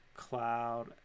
Cloud